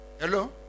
Hello